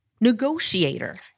Negotiator